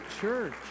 church